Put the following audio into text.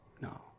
no